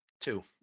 Two